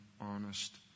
honest